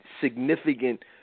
significant